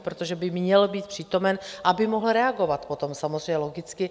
Protože by měl být přítomen, aby mohl reagovat potom samozřejmě, logicky.